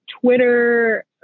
Twitter